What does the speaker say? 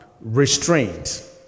restraint